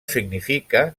significa